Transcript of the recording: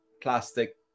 plastic